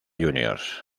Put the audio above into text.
juniors